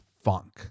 funk